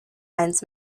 lines